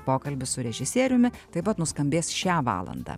pokalbis su režisieriumi taip pat nuskambės šią valandą